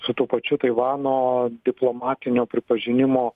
su tuo pačiu taivano diplomatinio pripažinimo